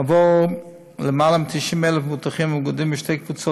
עבור למעלה מ-90,000 מבוטחים המאוגדים בשתי קבוצות